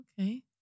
okay